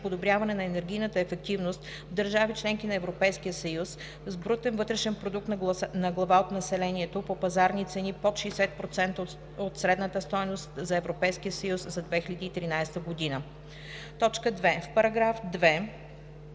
подобряване на енергийната ефективност в държави членки на Европейския съюз с БВП на глава от населението по пазарни цени под 60% от средната стойност за Европейския съюз за 2013 г.“ 2. В § 2: